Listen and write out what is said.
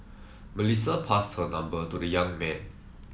Melissa passed her number to the young man